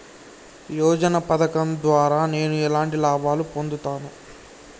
యోజన పథకం ద్వారా నేను ఎలాంటి లాభాలు పొందుతాను?